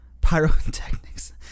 Pyrotechnics